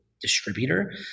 distributor